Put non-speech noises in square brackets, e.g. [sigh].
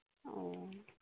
[unintelligible]